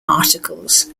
articles